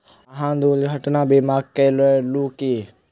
अहाँ दुर्घटना बीमा करेलौं की?